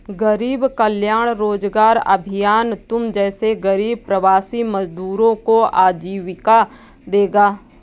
गरीब कल्याण रोजगार अभियान तुम जैसे गरीब प्रवासी मजदूरों को आजीविका देगा